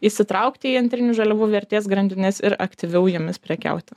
įsitraukti į antrinių žaliavų vertės grandines ir aktyviau jomis prekiauti